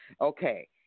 Okay